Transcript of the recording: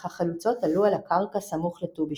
אך החלוצות עלו על הקרקע סמוך לט"ו בשבט.